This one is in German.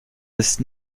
ist